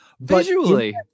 visually